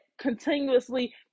continuously